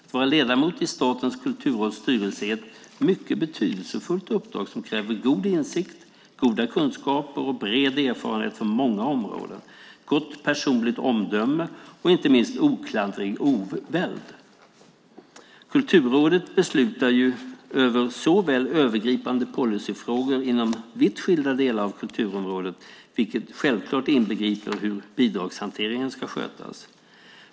Att vara ledamot i Statens kulturråds styrelse är ett mycket betydelsefullt uppdrag som kräver god insikt, goda kunskaper och bred erfarenhet från många områden, gott personligt omdöme och inte minst oklanderlig oväld. Kulturrådet beslutar över övergripande policyfrågor inom vitt skilda delar av kulturområdet, vilket självfallet inbegriper hur bidragshanteringen ska skötas.